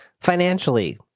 financially